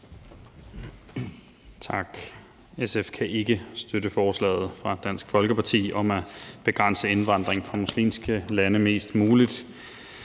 SF kan ikke støtte forslaget fra Dansk Folkeparti om at begrænse indvandring fra muslimske lande mest muligt.